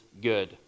good